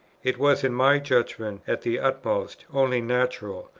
it was in my judgment at the utmost only natural,